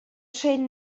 trên